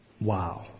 Wow